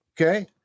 okay